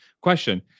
question